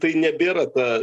tai nebėra ta